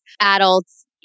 adults